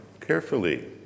carefully